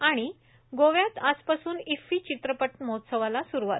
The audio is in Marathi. आणि गोव्यात आजपासून ईफ्फी चित्रपट महोत्सवाला स्रूवात